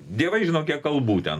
dievai žino kiek kalbų ten